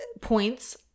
points